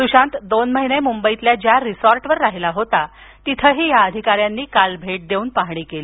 सुशांत दोन महिने मुंबईतल्या ज्या रिसॉर्टवर राहिला होता तिथंही या अधिकाऱ्यांनी काल भेट देऊन पाहणी केली